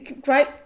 great